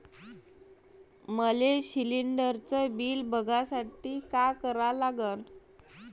मले शिलिंडरचं बिल बघसाठी का करा लागन?